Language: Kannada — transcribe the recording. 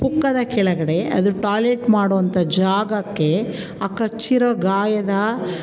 ಪುಕ್ಕದ ಕೆಳಗಡೆ ಅದು ಟಾಯ್ಲೆಟ್ ಮಾಡುವಂಥ ಜಾಗಕ್ಕೆ ಆ ಕಚ್ಚಿರೋ ಗಾಯದ